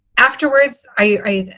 afterwards i